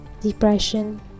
depression